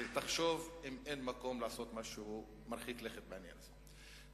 ותחשוב אם אין מקום לעשות משהו מרחיק לכת בעניין הזה.